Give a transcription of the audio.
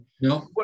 No